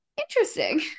interesting